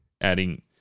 adding